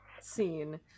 scene